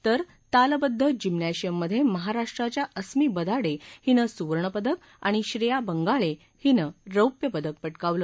तर तालबद्व जिम्नॅशियम मध्ये महाराष्ट्राच्या अस्मी बदाडे हिनं सुवर्णपदक तर अस्मी बदाडे आणि श्रेया बंगाले हिनं रौप्यपदक पटकावलं